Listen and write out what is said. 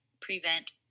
prevent